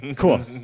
Cool